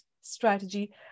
strategy